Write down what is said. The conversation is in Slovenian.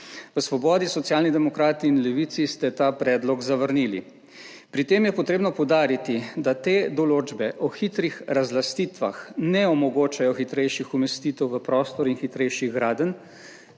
V Svobodi, Socialni demokrati in Levici ste ta predlog zavrnili. Pri tem je potrebno poudariti, da te določbe o hitrih razlastitvah ne omogočajo hitrejših umestitev v prostor in hitrejših gradenj,